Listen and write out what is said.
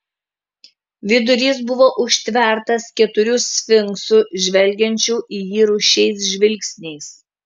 vidurys buvo užtvertas keturių sfinksų žvelgiančių į jį rūsčiais žvilgsniais